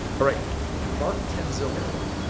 alright mark ten zillow.